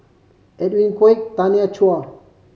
Edwin Koek Tanya Chua